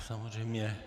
Samozřejmě.